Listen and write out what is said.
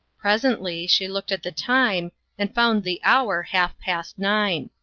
presently she looked at the time and found the hour half-past nine.